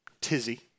tizzy